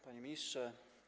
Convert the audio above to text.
Panie Ministrze!